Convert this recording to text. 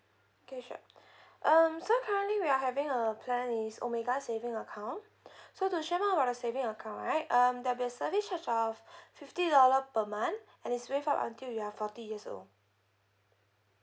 okay sure um so currently we are having a plan is omega saving account so to share more about our saving account right um there'll be a service charge of fifty dollar per month and it's waived off until you're forty years old